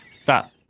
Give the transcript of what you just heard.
Stop